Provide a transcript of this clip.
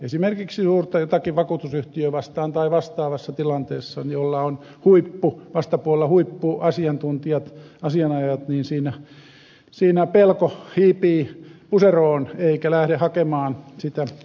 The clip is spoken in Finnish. esimerkiksi jotakin suurta vakuutusyhtiötä vastaan tai vastaavassa tilanteessa jolloin on vastapuolella huippuasiantuntijat asianajajat siinä pelko hiipii puseroon eikä lähde hakemaan sitä oikeutta